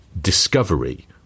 discovery